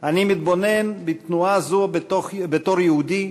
"אני מתבונן בתנועה זו בתור יהודי,